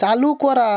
চালু করা